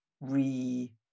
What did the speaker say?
re